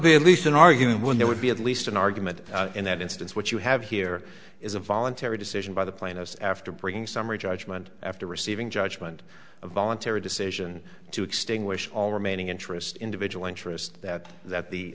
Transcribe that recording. be at least an argument when there would be at least an argument in that instance what you have here is a voluntary decision by the plaintiffs after bringing summary judgment after receiving judgment a voluntary decision to extinguish all remaining interest individual interest that that the